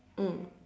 mm